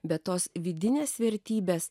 bet tos vidinės vertybės